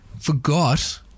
forgot